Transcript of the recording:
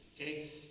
okay